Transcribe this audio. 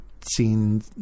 seen